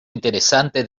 interesante